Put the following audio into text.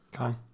Okay